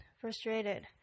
frustrated